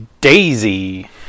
Daisy